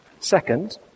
Second